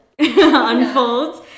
unfolds